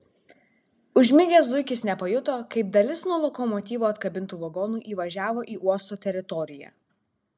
užmigęs zuikis nepajuto kaip dalis nuo lokomotyvo atkabintų vagonų įvažiavo į uosto teritoriją